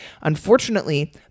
Unfortunately